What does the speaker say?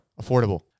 affordable